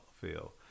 feel